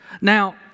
Now